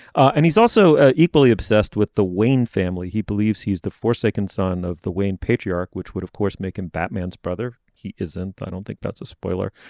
and he's also ah equally obsessed with the wayne family. he believes he's the four second son of the wayne patriarch which would of course make him batman's brother. he isn't. i don't think that's a spoiler.